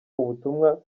ubutumwa